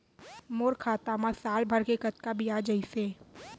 मोर खाता मा साल भर के कतका बियाज अइसे?